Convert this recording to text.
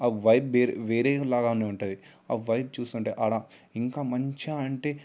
ఆ వైబ్ వేరే వేరే లాగానే ఉంటుంది ఆ వైబ్ చూస్తుంటే అక్కడ ఇంకా మంచిగా అంటే